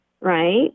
right